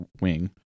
wing